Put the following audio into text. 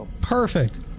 Perfect